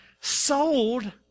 sold